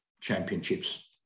championships